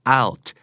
out